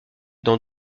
dans